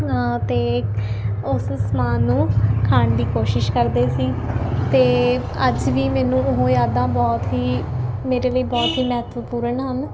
ਅਤੇ ਉਸ ਸਮਾਨ ਨੂੰ ਖਾਣ ਦੀ ਕੋਸ਼ਿਸ਼ ਕਰਦੇ ਸੀ ਅਤੇ ਅੱਜ ਵੀ ਮੈਨੂੰ ਉਹ ਯਾਦਾਂ ਬਹੁਤ ਹੀ ਮੇਰੇ ਲਈ ਬਹੁਤ ਹੀ ਮਹੱਤਵਪੂਰਨ ਹਨ